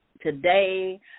today